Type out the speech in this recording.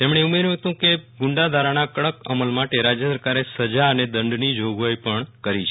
તેમણે ઉમેર્યું હ્નુ કે ગુંડાધારાના કડક અમલ માટે રાજય સરકારે સજા અને દંડની જોગવાઈ પણ કરી છે